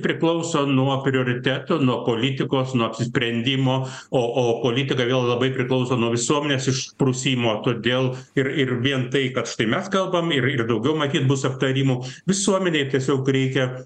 priklauso nuo prioritetų nuo politikos nuo apsisprendimo o o politika vėl labai priklauso nuo visuomenės išprusimo todėl ir ir vien tai kad štai mes kalbam ir ir daugiau matyt bus aptarimų visuomenei tiesiog reikia